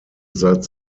seit